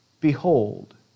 behold